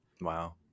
Wow